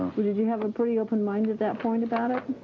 did you have a pretty open mind at that point about it?